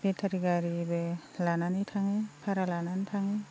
बेटारि गारिबो लानानै थाङो भारा लानानै थाङो